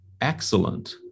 excellent